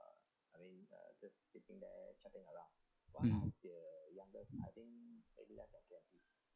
mm